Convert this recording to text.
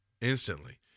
instantly